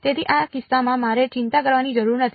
તેથી આ કિસ્સામાં મારે ચિંતા કરવાની જરૂર નથી